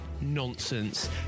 nonsense